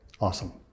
Awesome